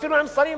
אפילו עם שרים,